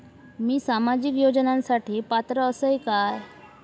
मी सामाजिक योजनांसाठी पात्र असय काय?